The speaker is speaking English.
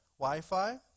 Wi-Fi